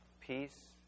peace